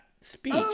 speech